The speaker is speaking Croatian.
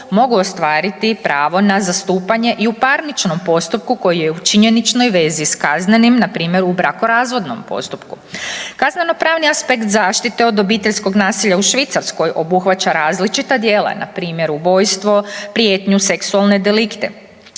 mogu ostvariti i pravo na zastupanje i u parničkom postupku koji je u činjeničkoj vezi s kaznenim, npr. u brakorazvodnom postupku. Kaznenopravni aspekt zaštite od obiteljskog nasilja u Švicarskoj obuhvaća različita djela, npr. ubojstvo, prijetnju, seksualne delikte